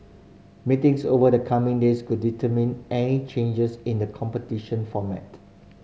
meetings over the coming days could determine any changes in the competition format